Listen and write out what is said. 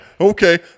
okay